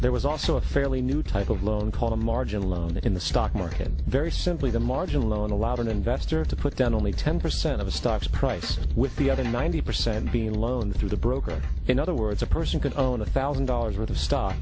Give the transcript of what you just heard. there was also a fairly new type of loan called a margin loan in the stock market very simply the margin loan allowed an investor to put down only ten percent of the stock's price with the other ninety percent being loan through the broker in other words a person could own a thousand dollars worth of stock